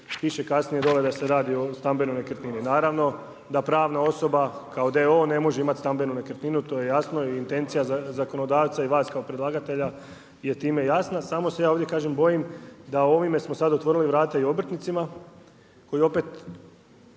Piše kasnije dole da se radi o stambenoj nekretnini. Naravno da pravna osoba kao d.o.o. ne može imati stambenu nekretninu i to je jasno, intencija zakonodavca i vas kao predlagatelja je time jasna, samo se ja ovdje bojim da ovime smo sada otvorili vrata i obrtnicima koji opet